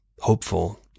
hopeful